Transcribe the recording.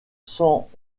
cent